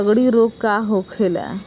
लगड़ी रोग का होखेला?